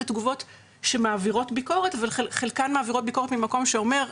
ומצד שני תגובות שמעבירות ביקורת ממקום אחר,